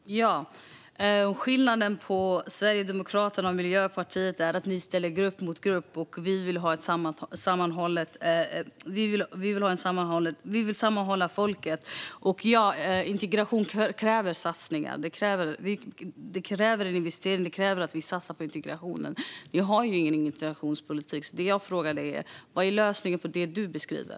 Fru talman! Skillnaden mellan Sverigedemokraterna och Miljöpartiet är att ni ställer grupp mot grupp och att vi vill hålla samman folket. Ja, integration kräver satsningar. Det kräver en investering. Det kräver att vi satsar på integrationen. Ni har ingen integrationspolitik, så jag frågar er: Vad är lösningen på det du beskriver?